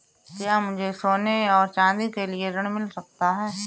क्या मुझे सोने और चाँदी के लिए ऋण मिल सकता है?